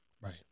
right